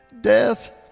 Death